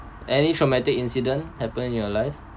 any traumatic incident happened in your life